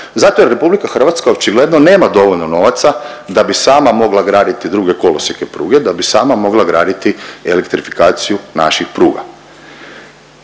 Zato jer RH očigledno nema dovoljno novaca da bi sama mogla graditi druge kolosijeke pruge, da bi sama mogla graditi elektrifikaciju naših pruga.